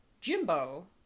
jimbo